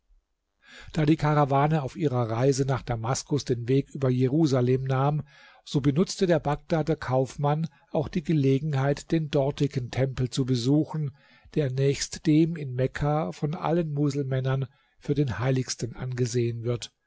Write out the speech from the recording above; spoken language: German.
da die karawane auf ihrer reise nach damaskus den weg über jerusalem nahm so benutzte der bagdader kaufmann auch die gelegenheit den dortigen tempel zu besuchen der nächst dem in mekka von allen muselmännern für den heiligsten angesehen wird